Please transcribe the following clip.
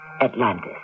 Atlantis